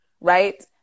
Right